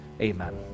Amen